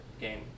game